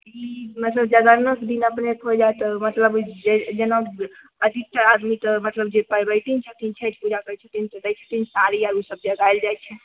की मतलब जगरनाके दिन अपने कोइ जाइ तऽ मतलब जे जेना अधिक छै आदमी तऽ मतलब जे पबनैतिन छथिन छठि पूजा करै छथिन से दै छथिन साड़ी या ओ सभ देल जाइ छै